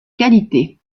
qualité